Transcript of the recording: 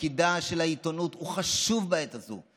תפקידה של העיתונות חשוב בעת הזאת.